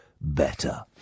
better